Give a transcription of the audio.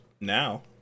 now